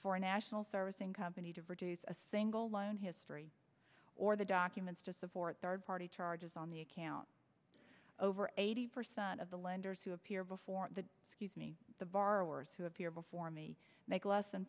a national service in company to reduce a single line history or the documents to support third party charges on the account over eighty percent of the lenders who appear before the scuse me the borrowers who appear before me make less than